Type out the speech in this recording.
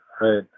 right